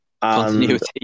Continuity